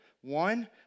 One